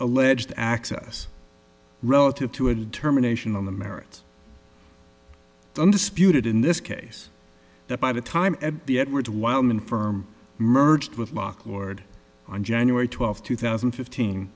alleged access relative to a determination on the merits undisputed in this case that by the time the edward wildman firm merged with locke lord on january twelfth two thousand and fifteen